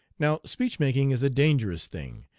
now speech-making is a dangerous thing,